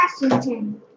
Washington